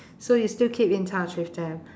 so you still keep in touch with them